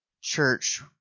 Church